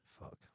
Fuck